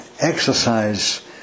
exercise